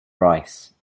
rice